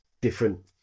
different